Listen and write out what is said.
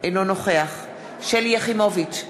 אינו נוכח שלי יחימוביץ,